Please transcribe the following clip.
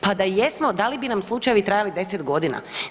Pa da jesmo, da li bi nam slučajevi trajali 10 godina?